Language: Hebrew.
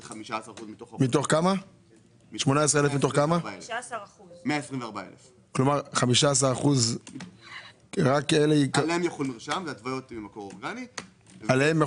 זה מתוך 124,000. 15% עליהם יחול מרשם בלי רשיון.